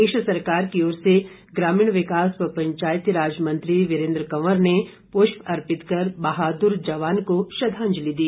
प्रदेश सरकार की ओर से ग्रामीण विकास व पंचायतीराज मंत्री वीरेन्द्र कवर ने पुष्प अर्पित कर बहादुर जवान को श्रद्वांजलि दी